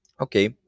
Okay